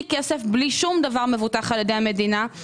כסף בלי שום דבר מבוטח על ידי המדינה.